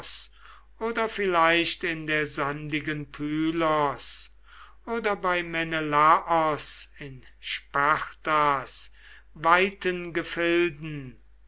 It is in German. oder vielleicht in der sandigen pylos oder bei menelaos in spartas weiten gefilden